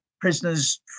prisoners